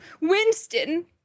Winston